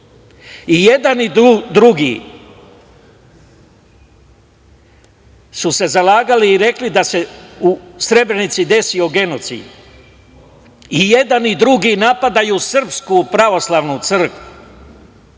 I jedan i drugi su se zalagali i rekli da se u Srebrenici desio genocid. I jedan i drugi napadaju Srpsku pravoslavnu crkvu.